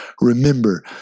remember